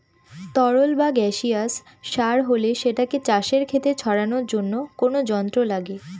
তরল বা গাসিয়াস সার হলে সেটাকে চাষের খেতে ছড়ানোর জন্য কোনো যন্ত্র লাগে